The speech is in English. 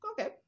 Okay